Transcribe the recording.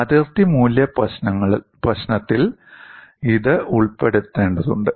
അതിർത്തി മൂല്യ പ്രശ്നത്തിൽ ഇത് ഉൾപ്പെടുത്തേണ്ടതുണ്ട്